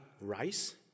rice